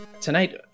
Tonight